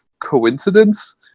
coincidence